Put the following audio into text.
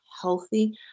healthy